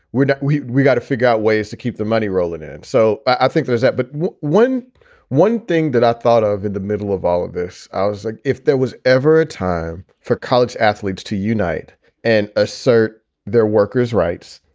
we're not. we've we've got to figure out ways to keep the money rolling in. so i think there's at but one one thing that i thought of in the middle of all of this, i was like if there was ever a time for college athletes to unite and assert their workers rights.